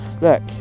Look